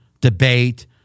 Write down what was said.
debate